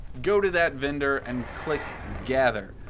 go to that vendor and click gather.